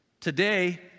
Today